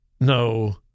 no